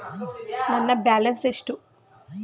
ನನ್ನ ಬ್ಯಾಲೆನ್ಸ್ ಎಷ್ಟು?